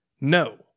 No